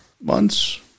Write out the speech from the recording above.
Months